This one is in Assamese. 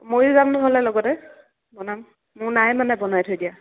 ময়ো যাম নহ'লে লগতে বনাম মোৰ নাই মানে বনাই থৈ দিয়া